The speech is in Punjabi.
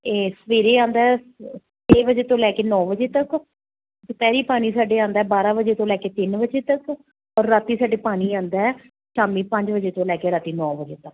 ਅਤੇ ਸਵੇਰੇ ਆਉਂਦਾ ਛੇ ਵਜੇ ਤੋਂ ਲੈ ਕੇ ਨੌਂ ਵਜੇ ਤੱਕ ਦੁਪਹਿਰੇ ਪਾਣੀ ਸਾਡੇ ਆਉਂਦਾ ਬਾਰਾਂ ਵਜੇ ਤੋਂ ਲੈ ਤਿੰਨ ਵਜੇ ਤੱਕ ਔਰ ਰਾਤੀ ਸਾਡੇ ਪਾਣੀ ਆਉਂਦਾ ਸ਼ਾਮੀ ਪੰਜ ਵਜੇ ਤੋਂ ਲੈ ਕੇ ਰਾਤੀ ਨੌਂ ਵਜੇ ਤੱਕ